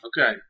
Okay